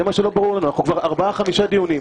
אנחנו כאן כבר ארבעה-חמישה דיונים.